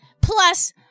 Plus